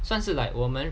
算是 like 我们